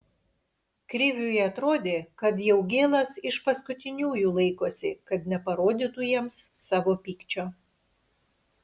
kriviui atrodė kad jaugėlas iš paskutiniųjų laikosi kad neparodytų jiems savo pykčio